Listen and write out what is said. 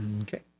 Okay